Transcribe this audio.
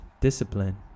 discipline